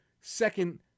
second